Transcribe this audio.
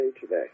today